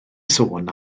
sôn